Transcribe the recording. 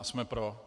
Jsme pro.